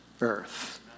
earth